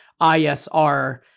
ISR